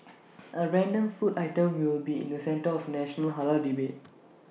A random food item will be in the centre of national Halal debate